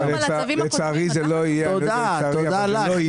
תודה לך.